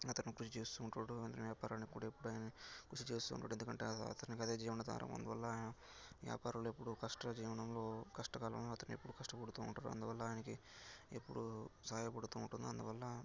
అతను కృషి చేస్తూ ఉంటాడు అతని వ్యాపారానికి కూడా ఎప్పుడు ఆయన కృషి చేస్తూ ఉంటాడు ఎందుకంటే అతనికి అదే జీవనాధారం అందువల్ల వ్యాపారులు ఎప్పుడూ కష్టజీవనంలో కష్టకాలంలో అతను ఎప్పుడు కష్టపడుతూ ఉంటారు అందువల్ల ఆయనకి ఎప్పుడూ సహాయపడుతూ ఉంటుంది అందువల్ల